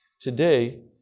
Today